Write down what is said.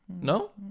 no